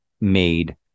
made